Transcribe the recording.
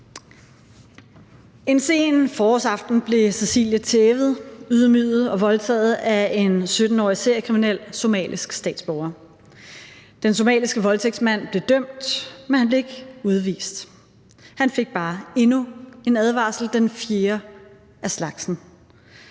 En sen forårsaften blev Cecilie tævet, ydmyget og voldtaget af en 17-årig seriekriminel somalisk statsborger. Den somaliske voldtægtsmand blev dømt, men han blev ikke udvist. Han fik bare endnu en advarsel, den fjerde af slagsen,